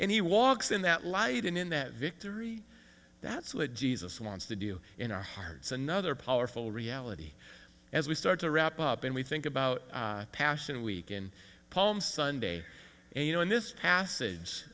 and he walks in that light and in that victory that's what jesus wants to do in our hearts another powerful reality as we start to wrap up and we think about passion week in palm sunday and you know in this passage